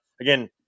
again